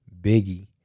Biggie